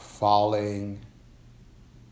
falling